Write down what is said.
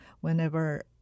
Whenever